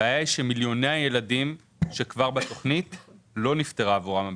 הבעיה היא שמיליוני הילדים שכבר נמצאים בתכנית לא נפתרה עבורם הבעיה.